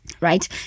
right